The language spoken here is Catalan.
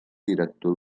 director